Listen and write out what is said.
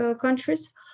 countries